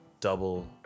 double